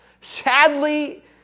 Sadly